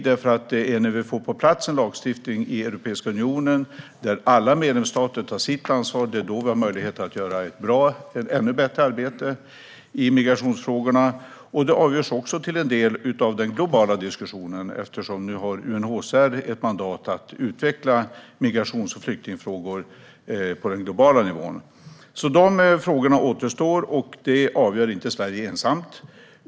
Det är när vi får på plats en lagstiftning i Europeiska unionen, där alla medlemsstater tar sitt ansvar, som vi får möjlighet att göra ett ännu bättre arbete i migrationsfrågorna. Det avgörs till en del av den globala diskussionen, eftersom UNHCR har ett mandat att utveckla migrations och flyktingfrågor på den globala nivån. De frågorna återstår, och dem avgör inte Sverige ensamt.